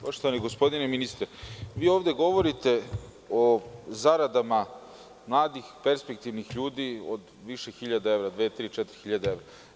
Poštovani gospodine ministre, vi ovde govorite o zaradama mladih, perspektivnih ljudi od više hiljada evra – dve, tri, četiri hiljade evra.